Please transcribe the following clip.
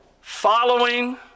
Following